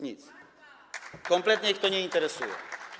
Nic, kompletnie ich to nie interesuje.